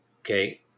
Okay